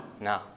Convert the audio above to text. No